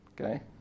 Okay